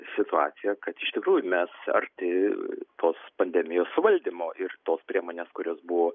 situaciją kad iš tikrųjų mes arti tos pandemijos suvaldymo ir tos priemonės kurios buvo